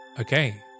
Okay